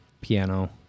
piano